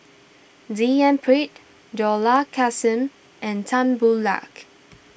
D N Pritt Dollah Kassim and Tan Boo Liat